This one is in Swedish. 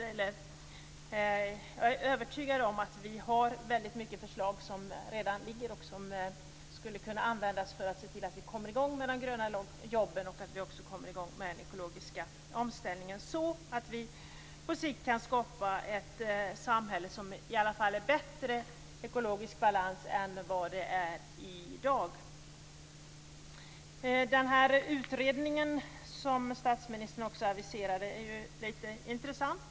Jag är övertygad om att det redan finns många förslag som kan användas för att komma i gång med de gröna jobben och den ekologiska omställningen. På sikt går det då att skapa ett samhälle med bättre ekologisk balans än i dag. Statsministern aviserade en utredning. Den är intressant.